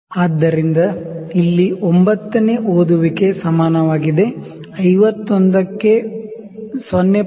ಆದ್ದರಿಂದ ಇಲ್ಲಿ 9 ನೇ ರೀಡಿಂಗ್ ಸಮಾನವಾಗಿದೆ 51 ಕ್ಕೆ 0